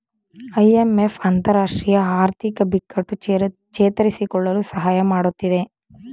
IMF ಅಂತರರಾಷ್ಟ್ರೀಯ ಆರ್ಥಿಕ ಬಿಕ್ಕಟ್ಟು ಚೇತರಿಸಿಕೊಳ್ಳಲು ಸಹಾಯ ಮಾಡತ್ತಿದೆ